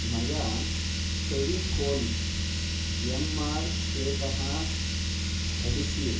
मया Fevicol M R श्वतः adhesive